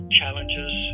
challenges